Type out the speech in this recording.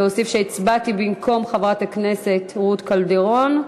להוסיף שהצבעתי במקום חברת הכנסת רות קלדרון.